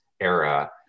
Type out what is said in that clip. era